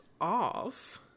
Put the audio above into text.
off